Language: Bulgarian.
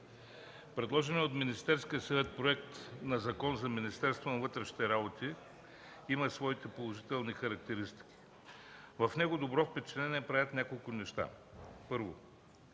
предложеният от Министерския съвет Законопроект за Министерството на вътрешните работи има своите положителни характеристики. В него добро впечатление правят няколко неща: Първо,